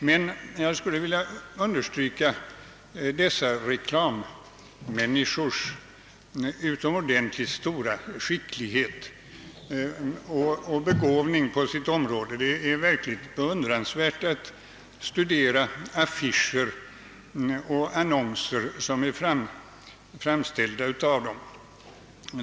Men jag skulle vilja understryka dessa reklammänniskors utomordentligt stora skicklighet och begåvning på sitt område. Det är verkligen med beundran man studerar affischer och annonser som är framställda av dem.